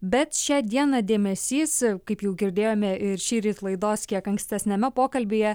bet šią dieną dėmesys kaip jau girdėjome ir šįryt laidos kiek ankstesniame pokalbyje